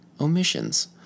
omissions